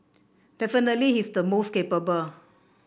definitely he's the most capable